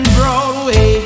Broadway